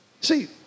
See